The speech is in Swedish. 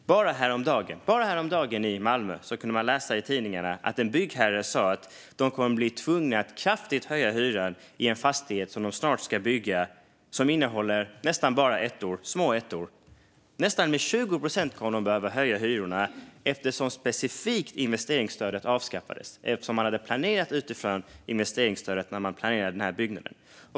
Häromdagen kunde man i Malmö läsa i tidningarna att en byggherre sa att de kommer att bli tvungna att höja hyran kraftigt i en fastighet som de snart ska bygga och som innehåller nästan bara små ettor. De kommer att behöva höja hyran med nästan 20 procent eftersom specifikt investeringsstödet avskaffades och eftersom de hade planerat utifrån investeringsstödet när de planerade denna byggnad.